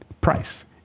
price